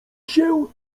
się